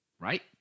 right